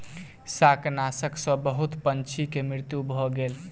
शाकनाशक सॅ बहुत पंछी के मृत्यु भ गेल